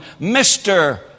Mr